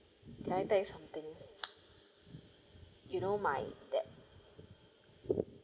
can I tell you something you know my dad